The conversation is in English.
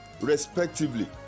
respectively